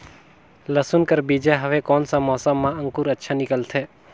लसुन कर बीजा हवे कोन सा मौसम मां अंकुर अच्छा निकलथे?